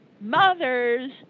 mothers